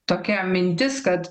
tokia mintis kad